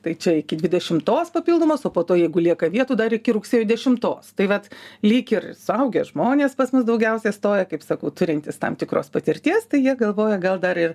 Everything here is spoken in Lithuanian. tai čia iki dvidešimtos papildomos o po to jeigu lieka vietų dar iki rugsėjo dešimtos tai vat lyg ir suaugę žmonės pas mus daugiausiai stoja kaip sakau turintys tam tikros patirties tai jie galvoja gal dar ir